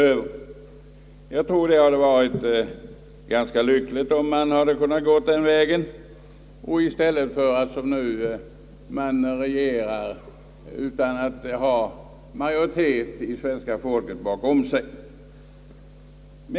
Enligt min mening hade det varit ganska lyckligt om man kunnat gå den vägen i stället för att man som nu regerar utan att ha majoriteten bland svenska folket bakom sig.